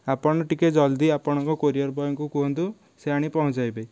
ଆପଣ ଟିକେ ଜଲ୍ଦି ଆପଣଙ୍କ କୋରିୟର ବଏଙ୍କୁ କୁହନ୍ତୁ ସେ ଆଣି ପହଞ୍ଚାଇବେ